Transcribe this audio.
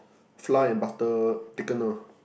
flour and butter thickener